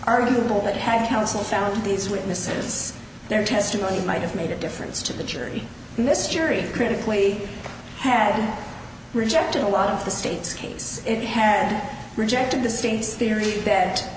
arguable that had counsel found these witnesses their testimony might have made a difference to the jury and this jury critically had rejected a lot of the state's case it had rejected the stings theory that